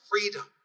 freedom